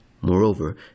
Moreover